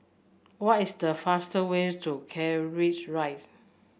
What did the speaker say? what is the fastest way to Keris Rive